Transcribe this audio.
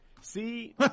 See